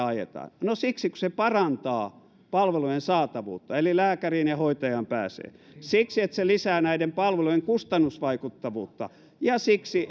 ajetaan no siksi koska se parantaa palveluiden saatavuutta eli lääkäriin ja hoitajalle pääsee siksi että se lisää näiden palveluiden kustannusvaikuttavuutta ja siksi